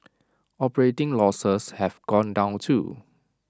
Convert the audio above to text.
operating losses have gone down too